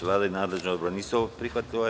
Vlada i nadležni odbor nisu prihvatili amandman.